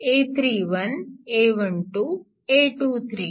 a31 a12 a23